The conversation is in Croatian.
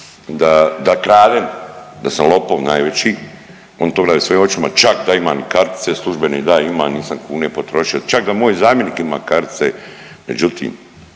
da kradem, da sam lopov najveći oni to gledaju svojim očima, čak da imam i kartice službene, da imam nisam kune potrošio, čak da moj zamjenik ima kartice. Međutim